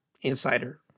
insider